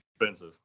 Expensive